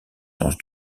sens